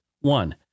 One